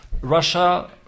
Russia